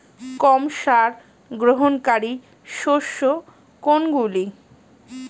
কম সার গ্রহণকারী শস্য কোনগুলি?